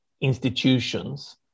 institutions